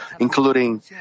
including